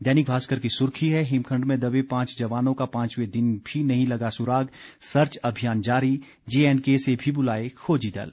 दैनिक भास्कर की सुर्खी है हिमखंड में दबे पांच जवानों का पांचवें दिन भी नहीं लगा सुराग सर्च अभियान जारी जे एंड के से भी बुलाए खोजी दल